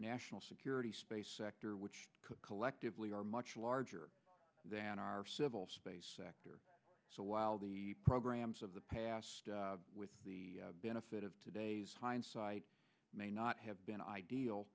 national security space sector which collectively are much larger than our civil space sector so while the programs of the past with the benefit of today's hindsight may not have been ideal